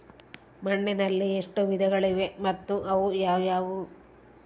ಮಣ್ಣಿನಲ್ಲಿ ಎಷ್ಟು ವಿಧಗಳಿವೆ ಮತ್ತು ಅವು ಯಾವುವು?